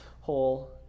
whole